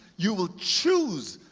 you will choose.